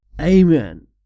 Amen